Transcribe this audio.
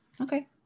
Okay